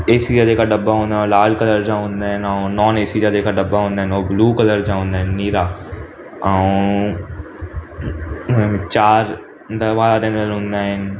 AC जा जेके डबा हूंदा लाल कलर जा हूंदा आहिनि ऐं नॉन एसी जा जेके डबा हूंदा आहिनि हो ब्लू कलर जा हूंदा आहिनि नीरा ऐं चारि दबा हूंदा आहिनि